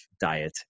diet